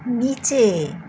নিচে